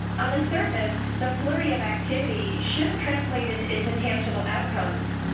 on the surface, the flurry of activity should have translated into tangible outcome is,